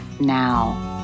now